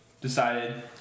decided